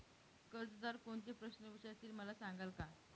कर्जदार कोणते प्रश्न विचारतील, मला सांगाल का?